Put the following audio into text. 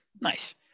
Nice